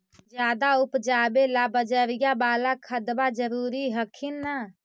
ज्यादा उपजाबे ला बजरिया बाला खदबा जरूरी हखिन न?